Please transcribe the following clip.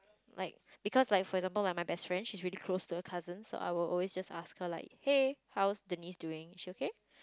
like because like for example my best friend she's really close to her cousins so I'll just ask her like hey how's Denise doing is she okay